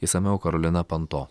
išsamiau karolina panto